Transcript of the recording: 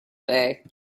pay